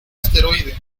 asteroide